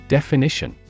Definition